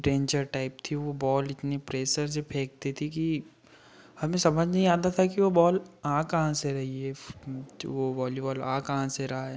danger type थी वह ball इतनी प्रेसर से फेंकती थी कि हमें समझ नहीं आता था कि वह बॉल आ कहाँ से रही है वह वॉलीबॉल आ कहाँ से रहा है